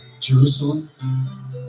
Jerusalem